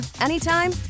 anytime